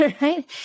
right